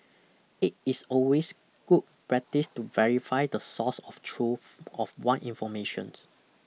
it is always good practice to verify the source of truth of one informations